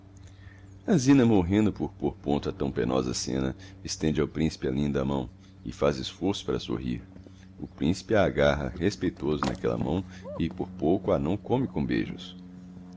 a zina morrendo por pôr ponto a tão penosa scena estende ao principe a linda mão e faz esforço para sorrir o principe agarra respeitoso n'aquella mão e por pouco a não come com beijos